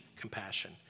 compassion